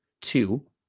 two